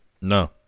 No